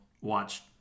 watch